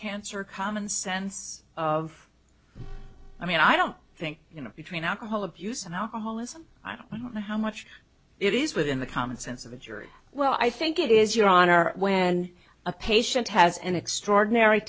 cancer common sense of i mean i don't think you know between alcohol abuse and alcoholism i don't know how much it is within the common sense of a jury well i think it is your honor when a patient has an extraordinary